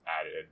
added